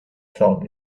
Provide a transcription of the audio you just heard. thought